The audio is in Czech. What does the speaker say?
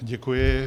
Děkuji.